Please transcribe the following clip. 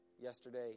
Yesterday